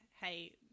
hey